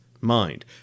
mind